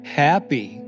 happy